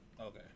Okay